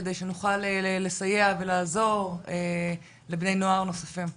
כדי שנוכל לסייע ולעזור לבני נוער נוספים.